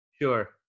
Sure